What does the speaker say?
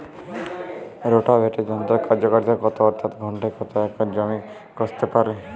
Rotavator যন্ত্রের কার্যকারিতা কত অর্থাৎ ঘণ্টায় কত একর জমি কষতে পারে?